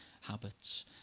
habits